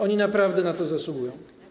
Oni naprawdę na to zasługują.